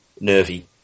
nervy